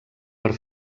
per